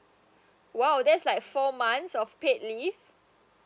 !wow! that's like four months of paid leave